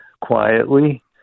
quietly